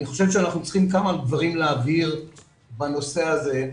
אני חושב שאנחנו צריכים כמה דברים להבהיר בנושא הזה,